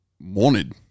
wanted